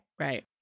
Right